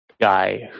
guy